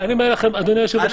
אדוני היושב-ראש,